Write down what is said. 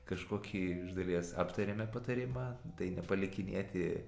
kažkokį iš dalies aptarėme patarimą tai nepalikinėti